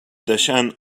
deixant